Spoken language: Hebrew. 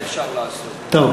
מה כן אפשר לעשות, טוב.